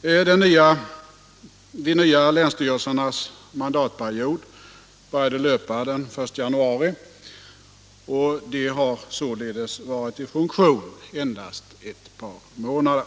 De nya länsstyrelsernas mandatperiod började löpa den 1 januari, och de har således varit i funktion endast ett par månader.